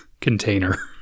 container